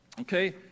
Okay